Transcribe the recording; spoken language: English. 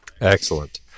Excellent